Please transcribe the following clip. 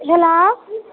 hello